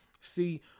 See